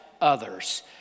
others